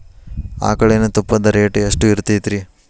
ಆಕಳಿನ ತುಪ್ಪದ ರೇಟ್ ಎಷ್ಟು ಇರತೇತಿ ರಿ?